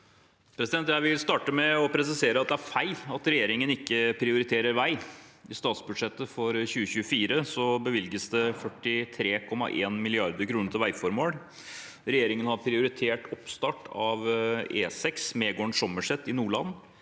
Jeg vil starte med å presisere at det er feil at regjeringen ikke priori terer vei. I statsbudsjettet for 2024 bevilges det 43,1 mrd. kr til veiformål. Regjeringen har prioritert oppstart av E6 Megården–Sommerset i Nordland,